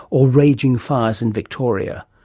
or raging fires in victoria.